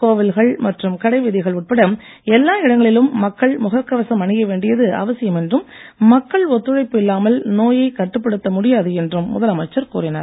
கோவில்கள் மற்றும் கடைவீதிகள் உட்பட எல்லா இடங்களிலும் மக்கள் முகக் கவசம் அணிய வேண்டியது அவசியம் என்றும் மக்கள் ஒத்துழைப்பு இல்லாமல் நோயை கட்டுப்படுத்த முடியாது என்றும் முதலமைச்சர் கூறினார்